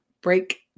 break